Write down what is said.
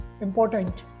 important